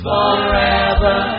Forever